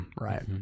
Right